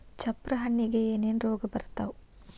ಚಪ್ರ ಹಣ್ಣಿಗೆ ಏನೇನ್ ರೋಗ ಬರ್ತಾವ?